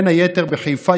בין היתר בחיפה,